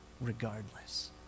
regardless